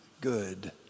good